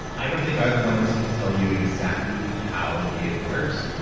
i don't think either one of us can tell you exactly how it works.